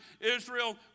Israel